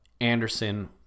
Anderson